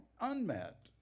unmet